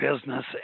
business